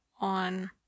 on